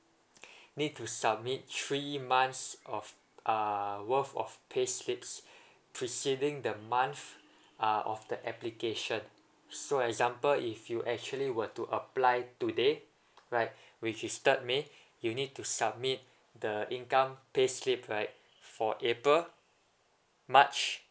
need to submit three months of uh worth of payslips preceding the month uh of the application so example if you actually were to apply today right which is third may you need to submit the income payslip right for april march